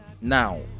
Now